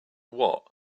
what